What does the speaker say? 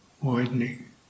widening